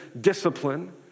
discipline